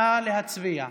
נא להצביע.